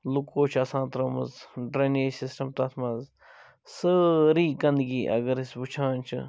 لُکو چھِ آسان ترٛٲومٕژ ڈرینیج سِسٹِم تتھ مَنٛز سٲرٕے گَنٛدٕگی اگر أسۍ وُچھان چھِ